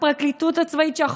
הפרקליטות הצבאית,